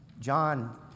John